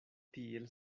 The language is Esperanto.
tiel